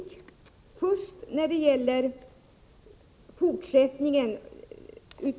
Herr talman! Det var mycket det här, Doris Håvik.